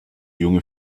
junge